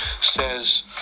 says